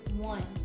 one